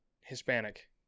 Hispanic